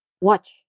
Watch